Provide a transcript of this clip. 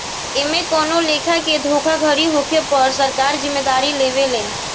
एमे कवनो लेखा के धोखाधड़ी होखे पर सरकार जिम्मेदारी लेवे ले